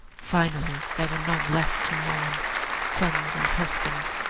finally there were none left to mourn sons and husbands,